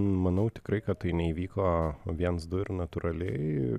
manau tikrai kad tai neįvyko viens du ir natūraliai